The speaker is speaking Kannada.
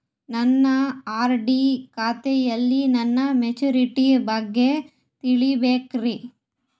ನನ್ನ ಆರ್.ಡಿ ಖಾತೆಯಲ್ಲಿ ನನ್ನ ಮೆಚುರಿಟಿ ಬಗ್ಗೆ ತಿಳಿಬೇಕ್ರಿ